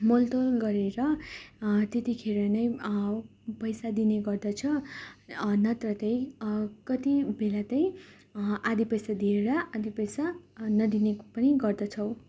मोलतोल गरेर त्यतिखेर नै पैसा दिने गर्दछौँ नत्र त्यही कति बेला त्यही आधी पैसा दिएर आधी पैसा नदिने पनि गर्दछौँ